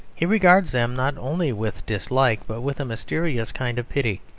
he regards them, not only with dislike, but with a mysterious kind of pity.